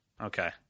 Okay